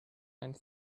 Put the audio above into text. and